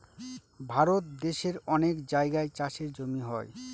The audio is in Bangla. ভারত দেশের অনেক জায়গায় চাষের জমি হয়